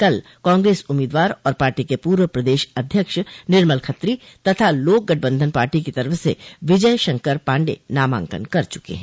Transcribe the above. कल कांग्रेस उम्मीदवार और पार्टी के पूर्व प्रदेश अध्यक्ष निर्मल खत्री तथा लोक गठबंधन पार्टी की तरफ से विजय शंकर पाण्डेय नामांकन कर चुके हैं